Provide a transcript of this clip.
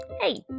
Hey